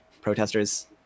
protesters